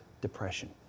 depression